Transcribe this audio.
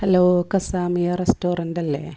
hello കസാമിയ റെസ്റ്റോറൻറ്റല്ലേ